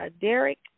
Derek